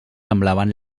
semblaven